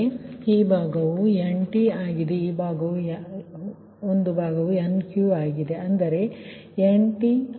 ಆದ್ದರಿಂದ ಈ ಭಾಗವು Ntಆಗಿದೆ ಈ ಭಾಗವು Nqಆಗಿದೆ ಅಂದರೆ NtIp NqIq